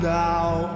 now